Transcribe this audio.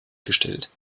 gestellt